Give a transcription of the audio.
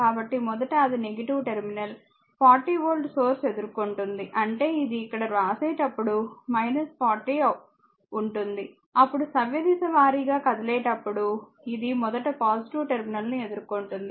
కాబట్టి మొదట అది టెర్మినల్ 40 వోల్ట్ సోర్స్ ఎదుర్కొంటుంది అంటే ఇది ఇక్కడ వ్రాసేటప్పుడు 40 ఉంటుంది అప్పుడు సవ్యదిశ వారీగా కదిలేటప్పుడు ఇది మొదట టెర్మినల్ను ఎదుర్కొంటుంది